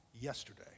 yesterday